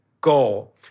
goal